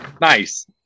Nice